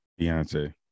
Beyonce